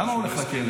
למה הוא הולך לכלא?